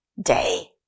day